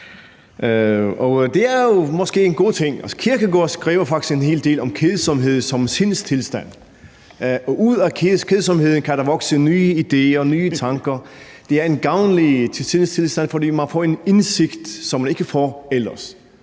Og det er måske en god ting. Kierkegaard skriver faktisk en hel del om kedsomhed som sindstilstand, og ud af kedsomheden kan der vokse nye idéer, nye tanker, det er en gavnlig sindstilstand, for man får en indsigt, som man ikke får ellers.